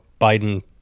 Biden-